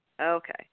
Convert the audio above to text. okay